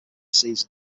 season